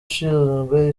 ushinzwe